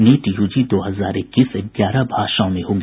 NEET UG दो हजार इक्कीस ग्यारह भाषाओं में होगी